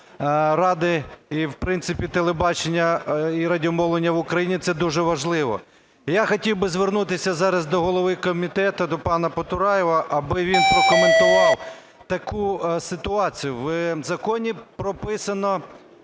ради і, в принципі, телебачення і радіомовлення в Україні, це дуже важливо. Я хотів би звернутися зараз до голови комітету, до пана Потураєва, аби він прокоментував таку ситуацію. В законі прописано,